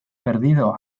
perdido